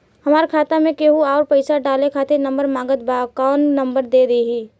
हमार खाता मे केहु आउर पैसा डाले खातिर नंबर मांगत् बा कौन नंबर दे दिही?